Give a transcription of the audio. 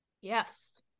Yes